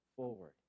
Forward